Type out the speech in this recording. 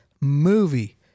movie